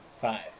Five